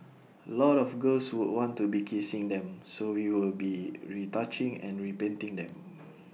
A lot of girls would want to be kissing them so we will be retouching and repainting them